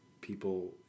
people